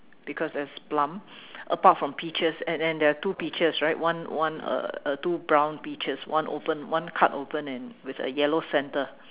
because there is plum apart from peaches and then there are two peaches right one one uh uh two brown peaches one open one cut open and with a one yellow centre